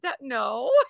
no